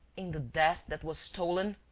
in the desk that was stolen?